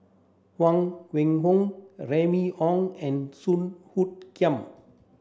Huang Wenhong Remy Ong and Song Hoot Kiam